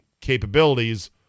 capabilities